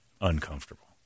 uncomfortable